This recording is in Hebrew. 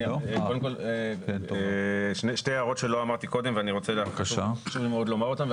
קודם כל שתי הערות שלא אמרתי קודם וחשוב לי לומר אותן,